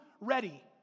ready